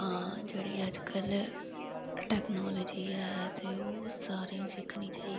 हां जेह्ड़ी अज्ज कल टैकनालजी ऐ ते ओह् सारेंई सिक्खनी चाहिदी